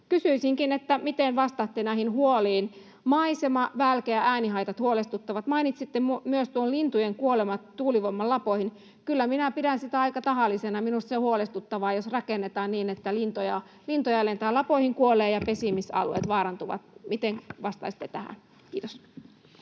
Kysyisinkin: Miten vastaatte näihin huoliin? Maisema-, välke- ja äänihaitat huolestuttavat. Mainitsitte myös lintujen kuolemat tuulivoiman lapoihin. Kyllä minä pidän sitä aika tahallisena. Minusta on huolestuttavaa, jos rakennetaan niin, että lintuja lentää lapoihin, kuolee ja pesimisalueet vaarantuvat. Miten vastaisitte tähän? — Kiitos.